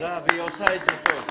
תודה רבה, הישיבה נעולה.